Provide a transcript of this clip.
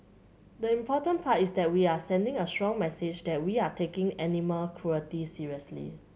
the important part is that we are sending a strong message that we are taking animal cruelty seriously